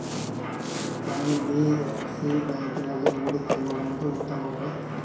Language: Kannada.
ಎನ್.ಬಿ.ಎಫ್.ಸಿ ಬ್ಯಾಂಕಿನಲ್ಲಿ ಹೂಡಿಕೆ ಮಾಡುವುದು ಉತ್ತಮವೆ?